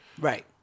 Right